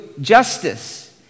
justice